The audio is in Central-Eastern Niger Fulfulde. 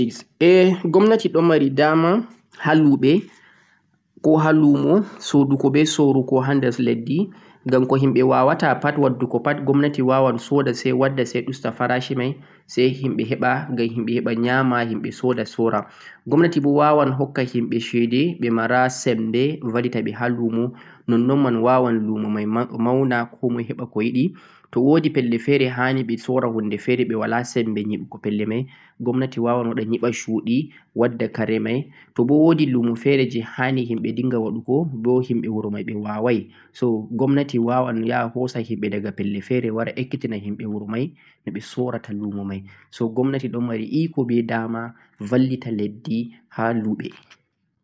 Gomnati wawan vallita himɓe ha luuɓe koh sooda kare sai sendana ɓewala sembe kokuma ɗusta faraci kare sai himɓe sooda, gomnati wawan hukka himɓe ɓe mara sembe shede sai ɓe naftira ɓe rema. Gomnati wawan hosa dongal himɓe ha jangirde hado harka luumo.